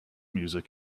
music